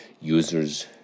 users